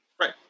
Right